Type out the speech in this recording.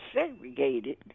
segregated